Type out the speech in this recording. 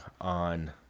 on